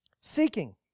Seeking